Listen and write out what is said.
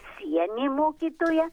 sienė mokytoja